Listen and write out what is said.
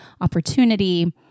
opportunity